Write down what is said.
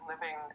living